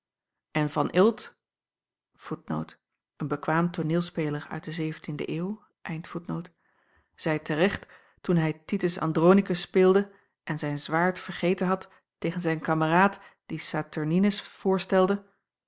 delen ilt zeî te recht toen hij titus andronikus speelde en zijn zwaard vergeten had tegen zijn kameraad die saturninus voorstelde